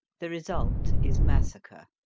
the result is massacre